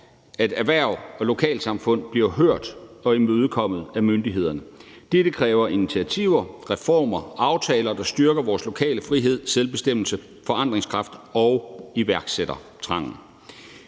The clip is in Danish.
at erhverv og lokalsamfund bliver hørt og imødekommet af myndighederne. Dette kræver initiativer, reformer og aftaler, der styrker vores lokale frihed, selvbestemmelse, forandringskraft og iværksættertrang.